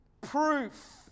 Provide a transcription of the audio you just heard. proof